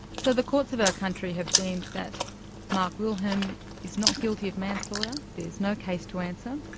so the courts of our country have deemed that mark wilhelm is not guilty of manslaughter, there's no case to answer.